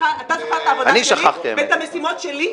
אתה זוכר את העבודה שלי, ואת המשימות שלי?